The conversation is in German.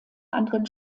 andere